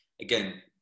Again